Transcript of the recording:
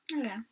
Okay